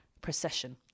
procession